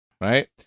Right